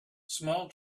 small